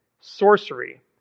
sorcery